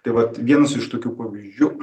tai vat vienas iš tokių pavyzdžių